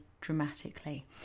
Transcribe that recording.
dramatically